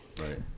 Right